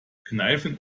kneifen